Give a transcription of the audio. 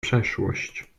przeszłość